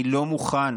אני לא מוכן